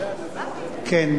2012, לוועדת הכספים נתקבלה.